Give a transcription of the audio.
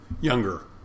younger